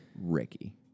Ricky